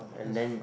and then